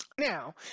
Now